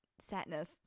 sadness